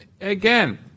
Again